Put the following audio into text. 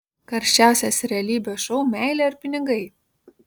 karščiausias realybės šou meilė ar pinigai